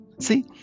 See